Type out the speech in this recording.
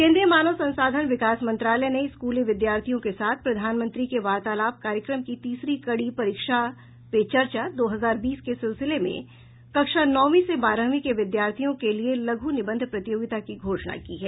केन्द्रीय मानव संसाधन विकास मंत्रालय ने स्कूली विद्यार्थियों के साथ प्रधानमंत्री के वार्तालाप कार्यक्रम की तीसरी कड़ी परीक्षा पे चर्चा दो हजार बीस के सिलसिले में कक्षा नौवीं से बारहवीं के विद्यार्थियों के लिए लघू निबंध प्रतियोगिता की घोषणा की है